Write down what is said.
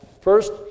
First